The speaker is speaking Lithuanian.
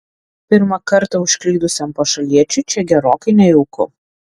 pirmą kartą užklydusiam pašaliečiui čia gerokai nejauku